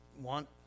want